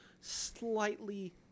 slightly